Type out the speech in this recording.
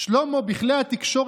לוועדה שתקבע